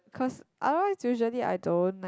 cause otherwise usually I don't